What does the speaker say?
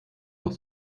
doch